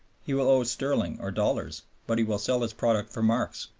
he will owe sterling or dollars, but he will sell his product for marks,